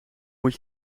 moet